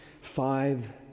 five